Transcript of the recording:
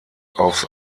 aufs